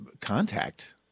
contact